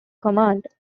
command